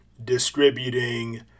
distributing